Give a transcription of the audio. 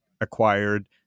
acquired